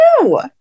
No